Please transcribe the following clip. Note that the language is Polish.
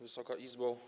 Wysoka Izbo!